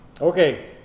Okay